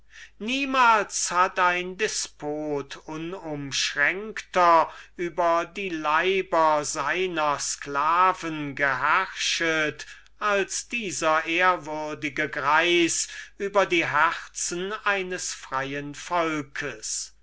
niemals hat ein despot unumschränkter über die leiber seiner sklaven geherrschet als dieser ehrwürdige greis über die herzen eines freien volkes